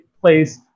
place